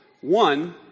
One